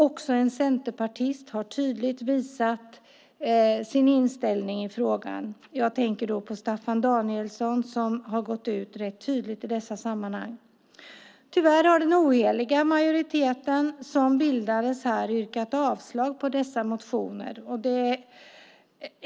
Också en centerpartist har tydligt visat sin inställning i frågan. Jag tänker då på Staffan Danielsson, som har gått ut tydligt i dessa sammanhang. Tyvärr har den oheliga majoriteten, som bildades här, föreslagit avslag på dessa motioner.